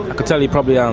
could tell you probably um